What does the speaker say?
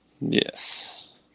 Yes